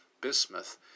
bismuth